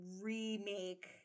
remake